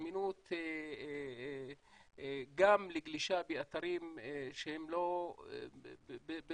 הזמינות גם לגלישה באתרים שהם במרכאות